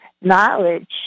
knowledge